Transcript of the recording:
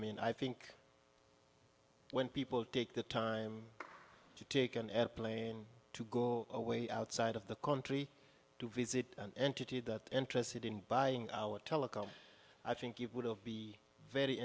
mean i think when people take the time to take an airplane to go away outside of the country to visit an entity that interested in buying our telecom i think it would be very